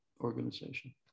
organization